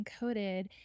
encoded